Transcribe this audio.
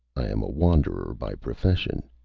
i am a wanderer by profession.